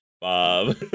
Bob